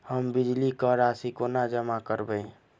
हम बिजली कऽ राशि कोना जमा करबै?